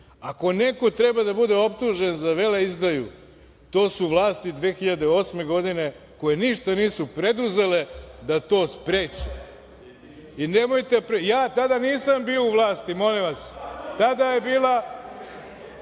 Ako neko treba da bude optužen za vele izdaju, to su vlasti 2008. godine, koje ništa nisu preduzele da to spreče. Ja tada nisam bio u vlasti, molim vas. Tada je bila